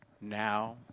now